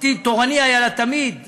עתיד תורני היה לה תמיד,